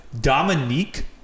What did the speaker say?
Dominique